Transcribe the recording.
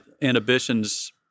inhibitions